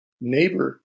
neighbor